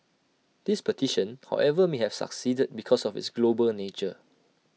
this petition however may have succeeded because of its global nature